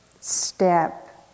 step